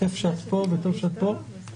כיף שאת פה וטוב שאת פה.